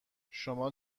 شما